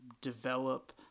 develop